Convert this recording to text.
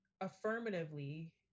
affirmatively